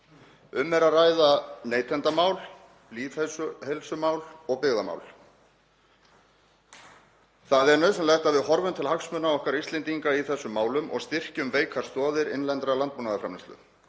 Um er að ræða neytendamál, lýðheilsumál og byggðamál. Það er nauðsynlegt að við horfum til hagsmuna okkar Íslendinga í þessum málum og styrkjum veikar stoðir innlendrar landbúnaðarframleiðslu.